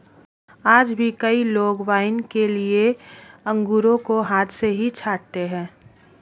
आज भी कई लोग वाइन के लिए अंगूरों को हाथ से ही छाँटते हैं